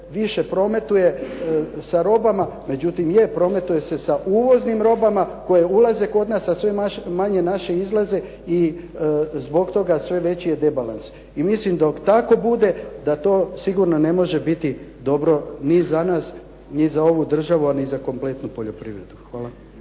više prometuje sa robama. Međutim je, prometuje se sa uvoznim robama koje ulaze kod nas na sve manje naše izlaze i zbog toga sve veći je debalans. I mislim dok tako bude da to sigurno ne može biti dobro ni za nas, ni za ovu državu, a ni za kompletnu poljoprivredu. Hvala.